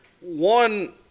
one